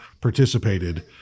participated